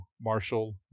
Marshall